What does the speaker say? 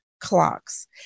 clocks